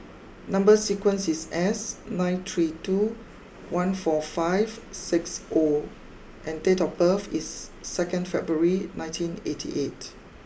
number sequence is S nine three two one four five six O and date of birth is second February nineteen eighty eight